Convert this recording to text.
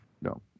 No